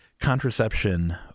Contraception